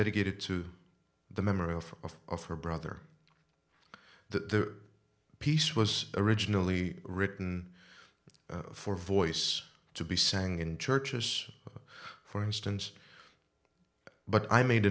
dedicated to the memory of her brother the piece was originally written for voice to be sang in churches for instance but i made